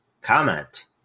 comment